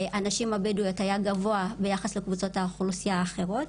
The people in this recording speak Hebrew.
הנשים הבדואיות היה גבוה ביחס לקבוצות האוכלוסייה האחרות.